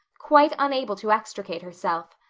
quite unable to extricate herself.